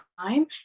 time